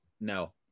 No